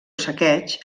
saqueig